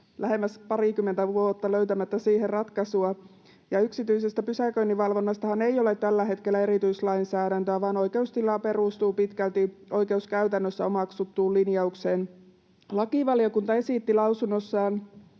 lähemmäs parikymmentä vuotta, löytämättä siihen ratkaisua. Yksityisestä pysäköinninvalvonnastahan ei ole tällä hetkellä erityislainsäädäntöä, vaan oikeustila perustuu pitkälti oikeuskäytännössä omaksuttuun linjaukseen. Lakivaliokunta esitti lausunnossaan